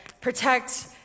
protect